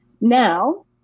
Now